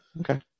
okay